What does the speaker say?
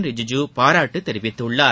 ரிஜுஜூ பாராட்டு தெிவித்துள்ளார்